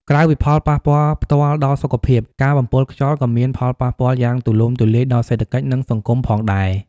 ក្រៅពីផលប៉ះពាល់ផ្ទាល់ដល់សុខភាព ការបំពុលខ្យល់ក៏មានផលប៉ះពាល់យ៉ាងទូលំទូលាយដល់សេដ្ឋកិច្ច និងសង្គមផងដែរ។